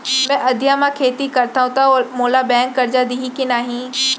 मैं अधिया म खेती करथंव त मोला बैंक करजा दिही के नही?